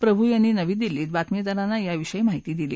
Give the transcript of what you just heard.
प्रभू यांनी नवी दिल्ली इथं बातमीदारांना या विषयी माहिती दिली